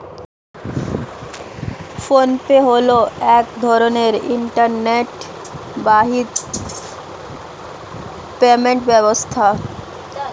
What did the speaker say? phone pay হলো এক ধরনের ইন্টারনেট বাহিত পেমেন্ট ব্যবস্থা